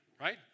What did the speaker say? Right